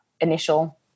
initial